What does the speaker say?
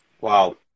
Wow